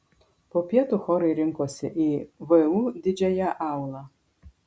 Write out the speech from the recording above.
po pietų chorai rinkosi į vu didžiąją aulą